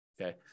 Okay